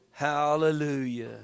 Hallelujah